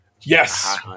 Yes